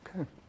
Okay